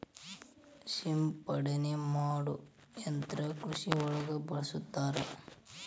ಸಿಂಪಡನೆ ಮಾಡು ಯಂತ್ರಾ ಕೃಷಿ ಒಳಗ ಬಳಸ್ತಾರ